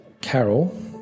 Carol